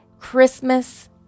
Christmas